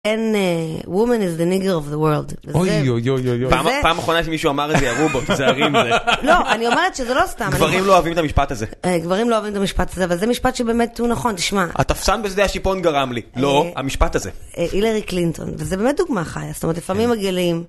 אין, וומן איז דה לידר אוף דה וורלד ,אויי אוי אוי פעם אחרונה שמישהו אמר את זה ירו בו, תזהרו את זה, גברים לא אוהבים את המשפט הזה, גברים לא אוהבים את המשפט הזה, אבל זה משפט שבאמת הוא נכון, תשמע, התפסן בשדה השיפון גרם לי, לא, המשפט הזה, הילרי קלינטון, וזה באמת דוגמה חיה, זאת אומרת לפעמים מגלים